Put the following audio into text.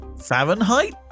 Fahrenheit